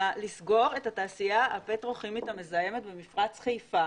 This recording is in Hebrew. לסגור את התעשייה הפטרוכימית המזהמת במפרץ חיפה